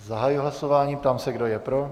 Zahajuji hlasování a ptám se, kdo je pro.